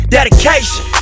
Dedication